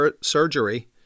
surgery